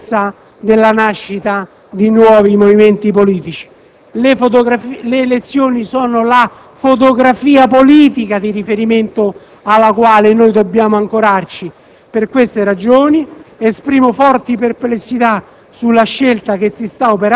Qui non siamo in presenza della nascita di nuovi movimenti politici. Le elezioni sono la fotografia politica di riferimento alla quale ci si deve ancorare. Per queste ragioni, esprimo forti perplessità